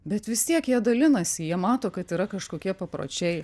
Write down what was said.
bet vis tiek jie dalinasi jie mato kad yra kažkokie papročiai